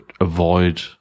avoid